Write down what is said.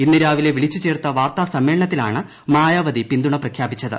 ഇന്ന് രാവിലെ പ്പിളിച്ചു്ചേർത്ത വാർത്താസമ്മേളനത്തിലാണ് ്രമായിാവതി പിന്തുണ പ്രഖ്യാപിച്ചത്